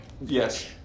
yes